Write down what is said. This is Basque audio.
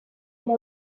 modu